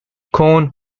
corn